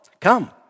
Come